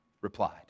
replied